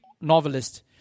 novelist